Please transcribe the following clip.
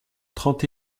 trente